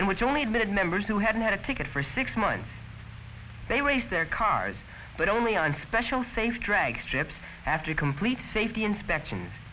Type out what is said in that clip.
and which only admitted members who hadn't had a ticket for six months they raised their cars but only on special safe drag strips after a complete safety inspection